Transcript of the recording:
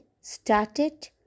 started